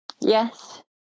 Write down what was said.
Yes